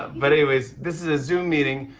but anyways, this is a zoom meeting,